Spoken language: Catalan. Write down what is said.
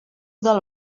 del